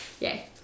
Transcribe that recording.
yay